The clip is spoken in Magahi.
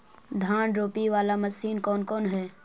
धान रोपी बाला मशिन कौन कौन है?